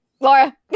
laura